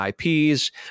IPs